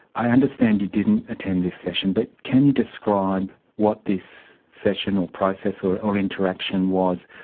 i understand you didn't attend this session, but can you describe what this session or process or or interaction was,